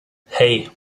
hey